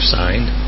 signed